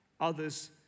others